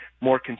more